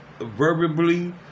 verbally